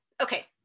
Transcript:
okay